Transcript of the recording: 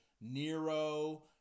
Nero